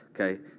Okay